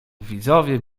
widzowie